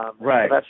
Right